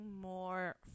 more